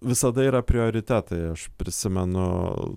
visada yra prioritetai aš prisimenu